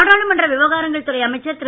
நாடாளுமன்ற விவகாரங்கள் துறை அமைச்சர் திரு